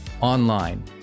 online